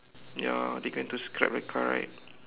ya they going to scrap the car right